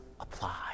apply